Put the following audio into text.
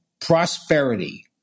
prosperity